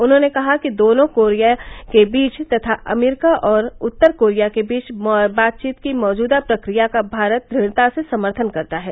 उन्होंने कहा कि दोनों कोरिया के बीच तथा अमरीका और उत्तर कोरिया के बीच बातचीत की मौजूदा प्रक्रिया का भारत दृढ़ता से समर्थन करता है